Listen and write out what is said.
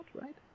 right